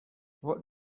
what